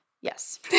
Yes